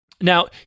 Now